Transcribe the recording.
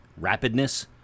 rapidness